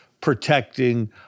protecting